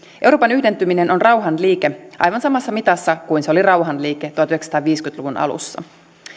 euroopan yhdentyminen on rauhanliike aivan samassa mitassa kuin se oli rauhanliike tuhatyhdeksänsataaviisikymmentä luvun alussa